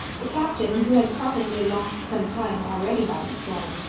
the captain, who had probably lost some time already by the storm,